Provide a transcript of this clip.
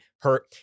hurt